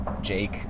Jake